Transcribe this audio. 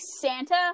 Santa